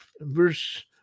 verse